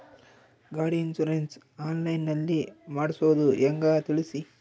ಗಾಡಿ insurance online ನಲ್ಲಿ ಮಾಡ್ಸೋದು ಹೆಂಗ ತಿಳಿಸಿ?